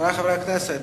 חברי חברי הכנסת,